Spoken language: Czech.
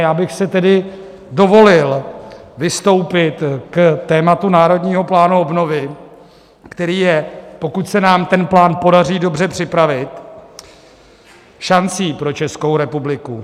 Já bych si tedy dovolil vystoupit k tématu Národního plánu obnovy, který je, pokud se nám ten plán podaří dobře připravit, šancí pro Českou republiku.